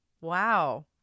Wow